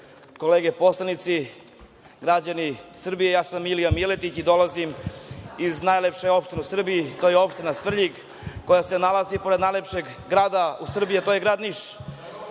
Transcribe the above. poslanici, građani Srbije, ja sam Milija Miletić i dolazim i najlepše opštine u Srbiji, to je opština Svrljig koja se nalazi pored najlepšeg grada, a to je grad Niš.